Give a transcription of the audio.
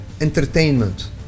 entertainment